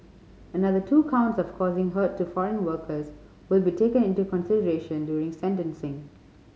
another two counts of causing hurt to foreign workers will be taken into consideration during sentencing